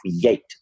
create